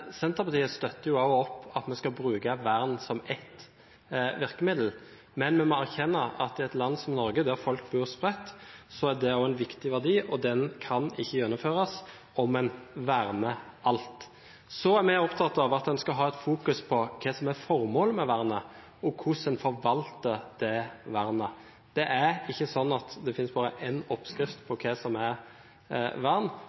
Senterpartiet støtter jo også opp om at vi skal bruke vern som et virkemiddel, men vi må erkjenne at bruk, i et land som Norge, hvor folk bor spredt, også er en viktig verdi, og den kan ikke gjennomføres om man verner alt. Vi er opptatt av at man skal ha fokus på hva som er formålet med vernet og hvordan man forvalter vernet. Det er ikke bare én oppskrift på hva som er vern. Det er mange måter å gjennomføre et vern og en